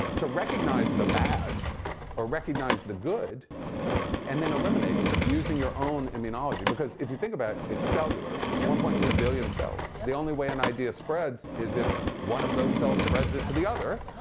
to recognize the bad or recognize the good and then eliminate it using your own immunology. because if you think about it cellular, it's one point three billion cells. yeah the only way an idea spreads is if one of those cell spreads it to the other.